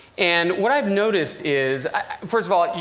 and what i've noticed is first of all,